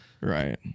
Right